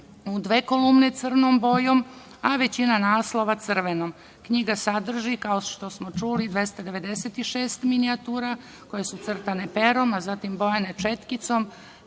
u dve kolumne, crnom bojom, a većina naslova crvenom. Knjiga sadrži, kao što smo čuli, 296 minijatura koje su crtane perom, a zatim bojane četkicom,